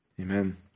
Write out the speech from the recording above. Amen